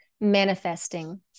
Manifesting